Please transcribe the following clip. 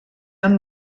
amb